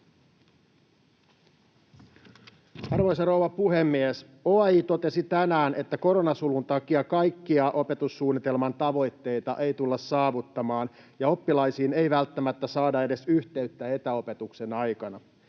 Arvoisa rouva puhemies! OAJ totesi tänään, että koronasulun takia kaikkia opetussuunnitelman tavoitteita ei tulla saavuttamaan ja että oppilaisiin ei välttämättä saada edes yhteyttä etäopetuksen aikana.